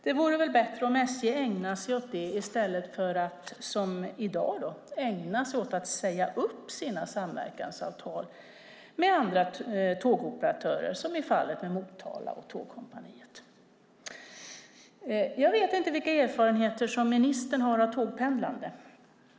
Det vore väl bättre om SJ ägnar sig åt det i stället för att som i dag ägna sig åt att säga upp sina samverkansavtal med andra tågoperatörer, som i fallet med Motala och Tågkompaniet. Jag vet inte vilka erfarenheter ministern har av tågpendlande.